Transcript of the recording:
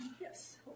Yes